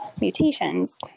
mutations